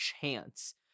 chance